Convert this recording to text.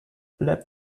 let